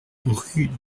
rue